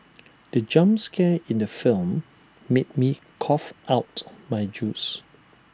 the jump scare in the film made me cough out my juice